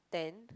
then